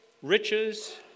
riches